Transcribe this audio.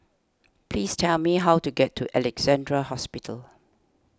please tell me how to get to Alexandra Hospital